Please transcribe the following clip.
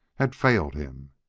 had failed him.